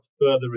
further